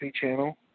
channel